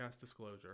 disclosure